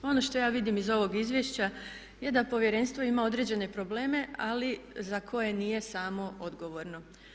Ono što ja vidim iz ovog izvješća je da Povjerenstvo ima određene probleme, ali za koje nije samo odgovorno.